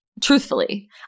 Truthfully